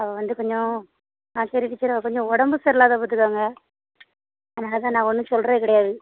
அவள் வந்து கொஞ்சம் ஆ சரி டீச்சர் அவள் கொஞ்சம் உடம்பு சரியில்லாதவ பார்த்துக்கோங்க அதனால் நான் ஒன்றும் சொல்லுறது கிடையாது